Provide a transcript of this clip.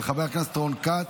של חבר הכנסת רון כץ.